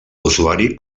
usuari